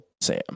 Sam